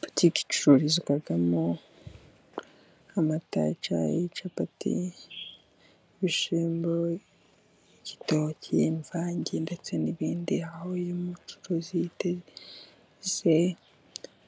Butiki icururizwamo amata y'icyayi, capati, ibishyimbo, igitoki, imvange ndetse n'ibindi. Aho uyu mucuruzi yiteze